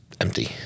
empty